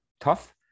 tough